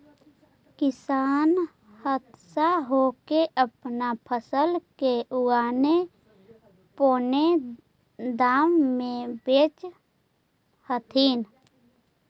किसान हताश होके अपन फसल के औने पोने दाम में बेचऽ हथिन